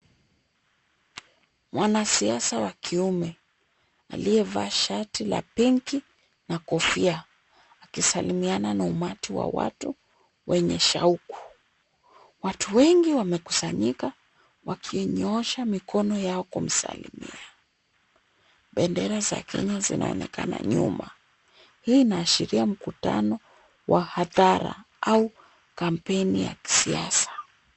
Mwanasiasa wa kiume aliyevaa shati la pinki na kofia akisalimiana na umati wa watu wenye shauku. Watu wengi wamekusanyika wakinyoosha mikono yao kumsalimia. Bendera za kenya zinaonekana nyuma. Hii inaashiria mkutano wa hadhara au kampeni ya kisiasa.